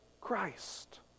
Christ